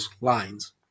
lines